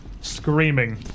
screaming